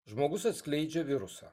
žmogus atskleidžia virusą